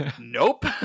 Nope